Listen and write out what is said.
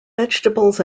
vegetables